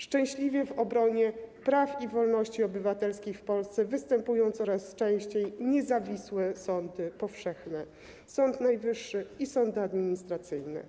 Szczęśliwie w obronie praw i wolności obywatelskich w Polsce występują coraz częściej niezawisłe sądy powszechne, Sąd Najwyższy i sądy administracyjne.